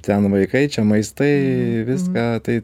ten vaikai čia maistai viską tai